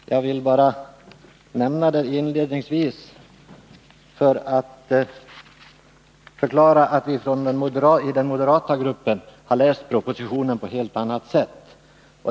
Torsdagen den Jag ville bara inledningsvis nämna detta för att förklara att vi i den 10 december 1981 moderata gruppen har läst propositionen på ett helt annat sätt.